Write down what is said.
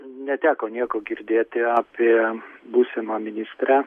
neteko nieko girdėti apie būsimą ministrę